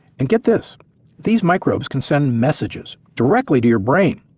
and get this these microbes can send messages directly to your brain.